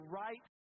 right